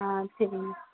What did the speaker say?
ஆ சரி மேம்